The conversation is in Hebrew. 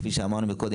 כפי שאמרנו מקודם,